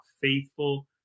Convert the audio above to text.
faithful